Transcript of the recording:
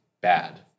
bad